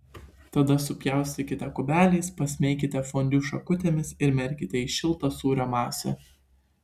tada supjaustykite kubeliais pasmeikite fondiu šakutėmis ir merkite į šiltą sūrio masę